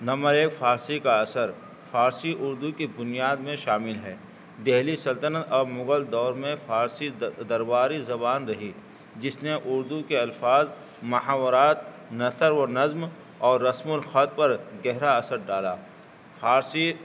number ایک فارسی کا اثر فارسی اردو کی بنیاد میں شامل ہے دہلی سلطنت اور مغل دور میں فارسی درباری زبان رہی جس نے اردو کے الفاظ محاورات نثر و نظم اور رسم الخط پر گہرا اثر ڈالا فارسی